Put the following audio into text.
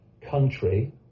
country